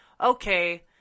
okay –